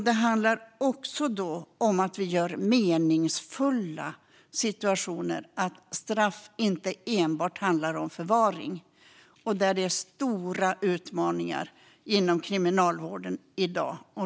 Det handlar också om att vi gör meningsfulla situationer - att straff inte enbart handlar om förvaring. Där är det stora utmaningar inom kriminalvården i dag.